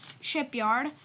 shipyard